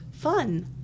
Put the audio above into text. fun